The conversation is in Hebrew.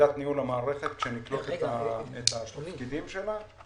מיחידת ניהול המערכת כשנקלוט את התפקידים שלה,